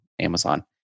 amazon